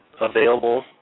available